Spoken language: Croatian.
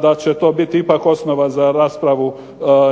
da će to biti ipak osnova za raspravu